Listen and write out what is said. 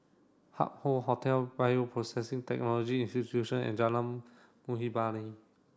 Hup Hoe Hotel Bioprocessing Technology Institution and Jalan Muhibbah